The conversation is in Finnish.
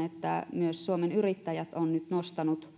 että myös suomen yrittäjät on nyt nostanut